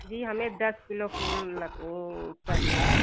जी हमें दस किलो फूल लग चाहिए